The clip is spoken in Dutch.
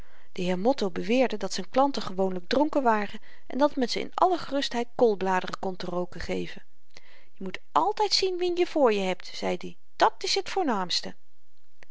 de heer motto beweerde dat z'n klanten gewoonlyk dronken waren en dat men ze in alle gerustheid koolbladeren kon te rooken geven je moet altyd zien wien je voor hebt zeid i dat's t voornaamste